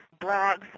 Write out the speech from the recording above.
blogs